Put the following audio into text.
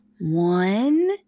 One